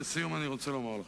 לסיום אני רוצה לומר לך,